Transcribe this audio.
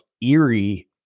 eerie